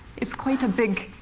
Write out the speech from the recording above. it's quite a big,